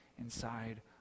inside